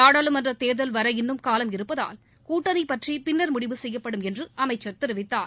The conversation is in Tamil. நாடாளுமன்ற தேர்தல் வர இன்னும் காலம் இருப்பதால் கூட்டணி பற்றி பின்னா முடிவு செய்யப்படும் என்று அமைச்சர் தெரிவித்தார்